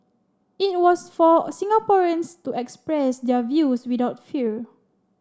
it was for Singaporeans to express their views without fear